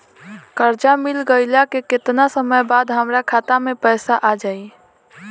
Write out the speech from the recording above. कर्जा मिल गईला के केतना समय बाद हमरा खाता मे पैसा आ जायी?